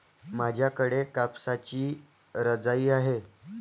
माझ्याकडे कापसाची रजाई आहे